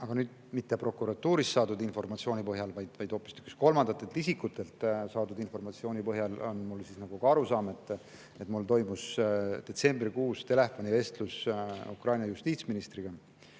Aga mitte prokuratuurist saadud informatsiooni põhjal, vaid hoopistükkis kolmandatelt isikutelt saadud informatsiooni põhjal on mul ka arusaam asjast. Mul toimus detsembrikuus telefonivestlus Ukraina justiitsministriga,